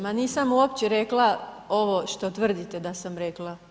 Ma nisam uopće rekla ovo što tvrdite da sam rekla.